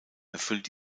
erfüllt